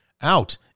out